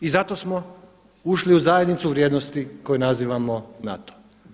I zato smo ušli u zajednicu vrijednosti koju nazivamo NATO.